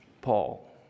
Paul